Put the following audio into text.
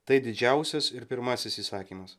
tai didžiausias ir pirmasis įsakymas